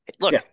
Look